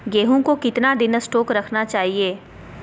गेंहू को कितना दिन स्टोक रखना चाइए?